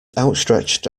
outstretched